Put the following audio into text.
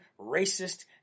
racist